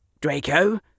Draco